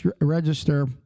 Register